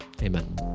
Amen